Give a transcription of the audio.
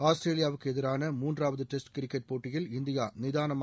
ஆஸ்திரேலியாவுக்கு எதிரான மூன்றாவது டெஸ்ட் கிரிக்கெட் போட்டியில் இந்தியா நிதானமாக